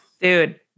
Dude